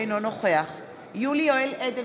אינו נוכח יולי יואל אדלשטיין,